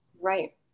Right